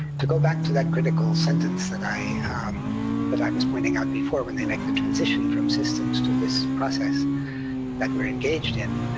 to go back to that critical sentence that i um that i was pointing out before, when they make the transition from systems to this process that we are engaged in,